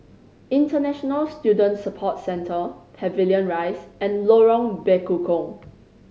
International Student Support Centre Pavilion Rise and Lorong Bekukong